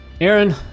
aaron